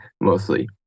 mostly